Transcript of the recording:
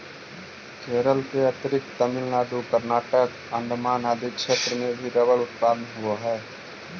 केरल के अतिरिक्त तमिलनाडु, कर्नाटक, अण्डमान आदि क्षेत्र में भी रबर उत्पादन होवऽ हइ